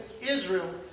Israel